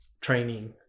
training